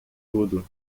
tudo